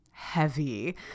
heavy